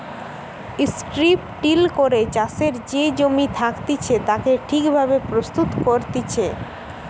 strip till করে চাষের যে জমি থাকতিছে তাকে ঠিক ভাবে প্রস্তুত করতিছে